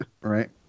right